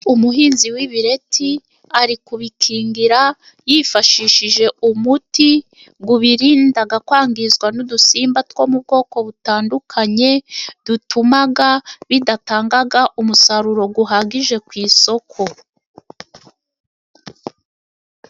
Umuhinzi w'ibireti ari kubikingira yifashishije umuti gubirindaga kwangizwa n'udusimba two mu bwoko butandukanye dutumaga bidatangaga umusaruro guhagije ku isoko.